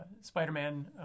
Spider-Man